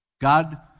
God